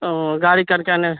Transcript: گاڑی کر کے نا